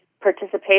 participation